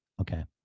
Okay